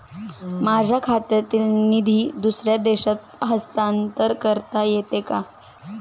माझ्या खात्यातील निधी दुसऱ्या देशात हस्तांतर करता येते का?